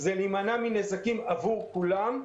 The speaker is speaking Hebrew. היא כדי להימנע מנזקים עבור כולם,